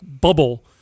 bubble